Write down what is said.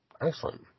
Excellent